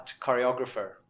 choreographer